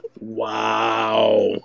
Wow